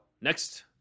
next